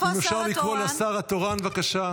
אפשר להציג אותן בעל פה, כידוע לך.